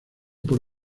por